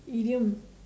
idiom